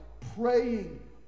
praying